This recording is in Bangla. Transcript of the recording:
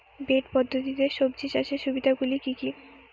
বেড পদ্ধতিতে সবজি চাষের সুবিধাগুলি কি কি?